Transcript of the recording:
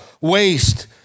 waste